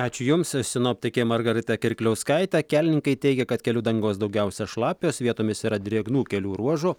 ačiū jums sinoptikė margarita kirkliauskaitė kelininkai teigia kad kelių dangos daugiausia šlapios vietomis yra drėgnų kelių ruožų